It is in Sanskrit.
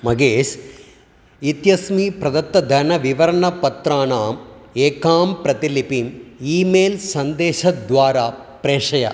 महेश् इत्यस्मै प्रदत्तधनविवरणपत्राणाम् एकां प्रतिलिपिम् ई मेल् सन्देशद्वारा प्रेषय